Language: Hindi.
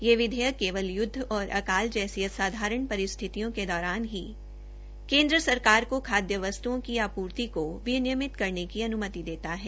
यह विधेयक केवल युद्ध और अकाल जैसी असाधारण परिस्थितियों के दौरान ही केन्द्र सरकार को खादय वस्त्ओं की आपूर्ति को विनियमित करने की अन्मति देता है